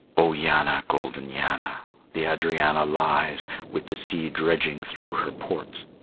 o yanna, golden yanna, the adrianna lies with the sea dredging through her ports,